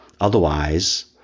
Otherwise